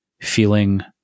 feeling